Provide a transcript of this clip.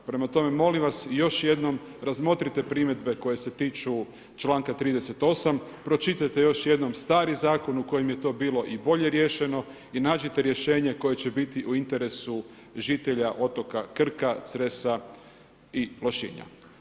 Prema tome, molim vas, još jednom razmotrite primjedbe koje se tiču članka 38., pročitajte još jednom stari zakon u kojem je to bilo i bolje riješeno i nađite rješenje koje će biti u interesu žitelja otoka Krka, Cresa i Lošinja.